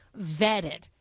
vetted